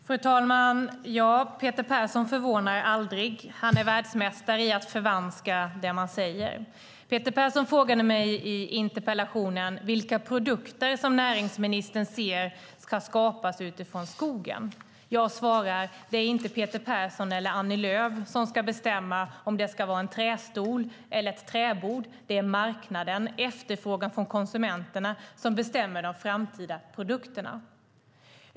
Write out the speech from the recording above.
Fru talman! Peter Persson förvånar aldrig. Han är världsmästare i att förvanska det man säger. Peter Persson frågade mig i interpellationen vilka produkter som näringsministern ser ska skapas utifrån skogen. Jag svarar: Det är inte Peter Persson eller Annie Lööf som ska bestämma om det ska vara en trästol eller ett träbord, utan det är marknaden och efterfrågan från konsumenterna som bestämmer de framtida produkterna.